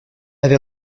avait